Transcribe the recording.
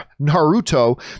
Naruto